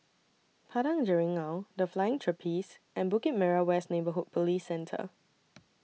Padang Jeringau The Flying Trapeze and Bukit Merah West Neighbourhood Police Centre